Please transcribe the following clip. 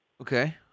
okay